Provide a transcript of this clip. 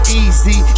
easy